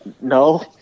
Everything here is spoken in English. No